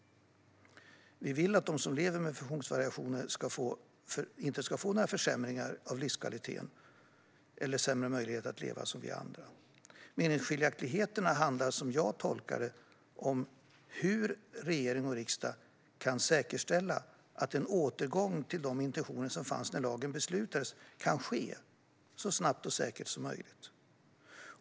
Vi vill att de som lever med funktionsvariationer inte ska få försämringar av livskvaliteten eller sämre möjligheter att leva som vi andra. Meningsskiljaktigheterna handlar som jag tolkar det om hur regering och riksdag kan säkerställa att en återgång till de intentioner som fanns när lagen beslutades kan ske så snabbt och säkert som möjligt.